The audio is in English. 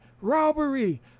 robbery